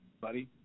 buddy